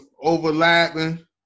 overlapping